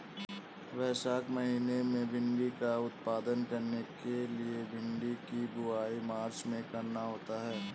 वैशाख महीना में भिण्डी का उत्पादन करने के लिए भिंडी की बुवाई मार्च में करनी होती है